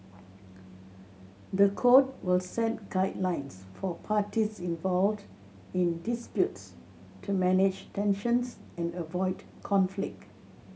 the code will set guidelines for parties involved in disputes to manage tensions and avoid conflict